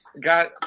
got